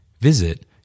Visit